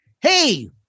Hey